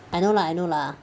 I know lah I know lah